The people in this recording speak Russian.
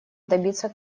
добиться